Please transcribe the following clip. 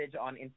on